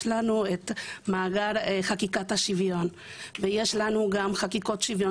יש לנו מאגר חקיקת השוויון ויש לנו גם חקיקות שוויון